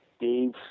Dave